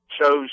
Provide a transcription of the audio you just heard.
chose